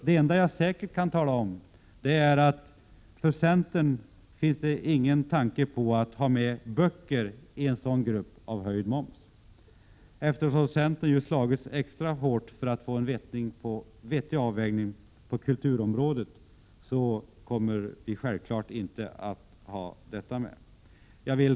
Det enda jag säkert kan tala om är att centern inte har någon tanke på att ta med böcker i en sådan grupp med höjd moms. Eftersom centern ju slagits extra hårt för att få en vettig avvägning på kulturområdet, kommer vi självklart inte att ha detta med.